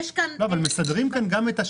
לא, אבל מסדרים כאן גם את השאר.